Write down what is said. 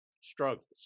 struggles